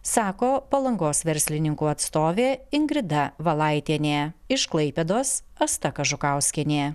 sako palangos verslininkų atstovė ingrida valaitienė iš klaipėdos asta kažukauskienė